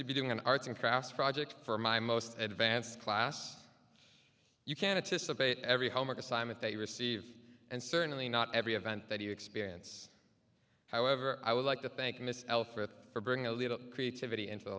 to be doing an arts and crafts project for my most advanced class you can't to submit every homework assignment they receive and certainly not every event that you experience however i would like to thank mr alfred for bringing a little creativity into the